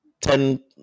Ten